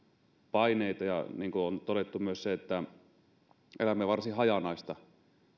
paineita ja niin kuin on todettu myös elämme varsin hajanaista